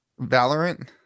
valorant